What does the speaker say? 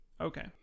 Okay